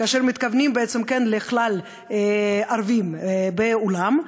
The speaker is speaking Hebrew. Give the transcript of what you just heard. כאשר מתכוונים בעצם לכלל הערבים בעולם,